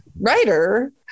writer